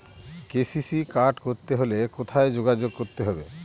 KCC card করতে হলে কোথায় যোগাযোগ করতে হবে?